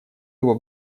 его